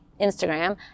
Instagram